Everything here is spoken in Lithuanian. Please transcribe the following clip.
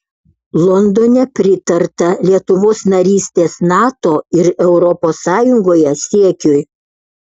londone pritarta lietuvos narystės nato ir europos sąjungoje siekiui